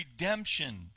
redemption